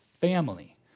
family